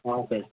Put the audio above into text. हा सेठ